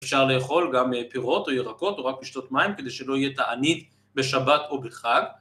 אפשר לאכול גם פירות או ירקות או רק לשתות מים כדי שלא יהיה תענית בשבת או בחג.